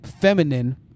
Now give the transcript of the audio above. feminine